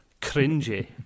cringy